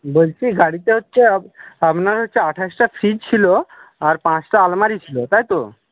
বলছি গাড়িতে হচ্ছে আপনার হচ্ছে আঠাশটা ফ্রিজ ছিল আর পাঁচটা আলমারি ছিল তাই তো